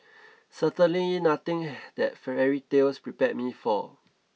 certainly nothing that fairy tales prepared me for